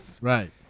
right